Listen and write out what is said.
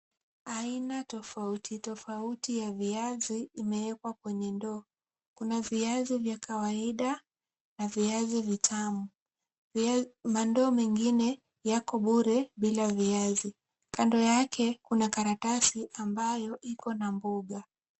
Aina tofauti tofauti ya viazi imewekwa kwenye ndoo. Kuna viazi vya kawaida na viazi vitamu. Mandoo mengine yako bure bila viazi. Kando yake kuna karatasi ambalo iko na mboga.